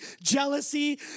Jealousy